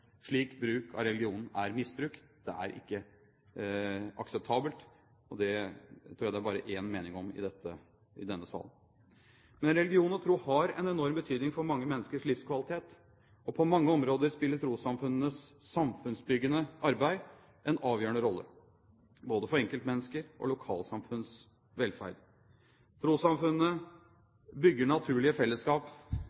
Slik bruk av religion er misbruk. Det er ikke akseptabelt, og det tror jeg det bare er én mening om i denne salen. Men religion og tro har en enorm betydning for mange menneskers livskvalitet. På mange områder spiller trossamfunnenes samfunnsbyggende arbeid en avgjørende rolle for både enkeltmenneskers og lokalsamfunns velferd. Trossamfunnene